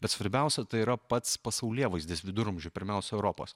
bet svarbiausia tai yra pats pasaulėvaizdis viduramžių pirmiausia europos